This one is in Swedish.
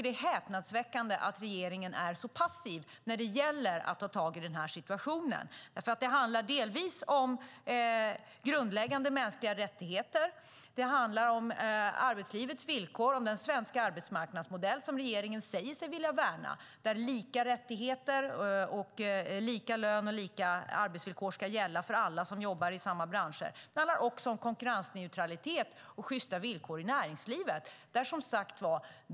Det är häpnadsväckande att regeringen är så passiv när de gäller att ta tag i den här situationen. Det handlar om grundläggande mänskliga rättigheter, om arbetslivets villkor och om den svenska arbetsmarknadsmodell som regeringen säger sig vilja värna där lika rättigheter, lika lön och lika arbetsvillkor ska gälla för alla som jobbar i samma bransch. Det handlar också om konkurrensneutralitet och sjysta villkor i näringslivet.